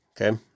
Okay